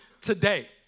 today